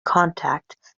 contact